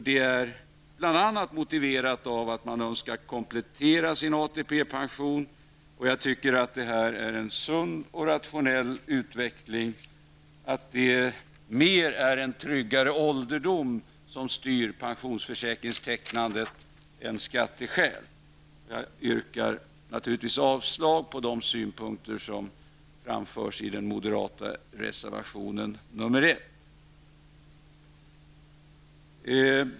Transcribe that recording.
Det är bl.a. motiverat av att man önskar komplettera sin ATP-pension. Jag tycker att det är en sund och rationell utveckling att det är en tryggare ålderdom som mer styr pensionsförsäkringstecknandet än skatteskäl. Jag yrkar naturligtvis avslag på de synpunkter som framförs i den moderata reservationen nr 1.